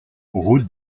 route